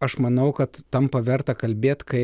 aš manau kad tampa verta kalbėt kai